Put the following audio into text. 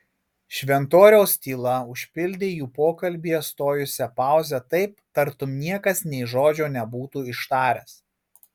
šventoriaus tyla užpildė jų pokalbyje stojusią pauzę taip tartum niekas nė žodžio nebūtų ištaręs